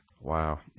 Wow